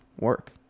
work